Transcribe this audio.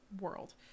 world